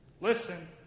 Listen